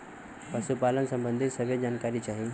पशुपालन सबंधी सभे जानकारी चाही?